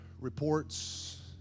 reports